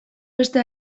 beste